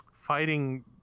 fighting